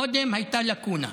קודם הייתה לקונה.